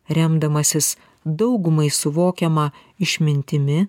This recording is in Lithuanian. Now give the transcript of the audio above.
remdamasis daugumai suvokiama išmintimi